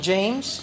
James